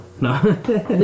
No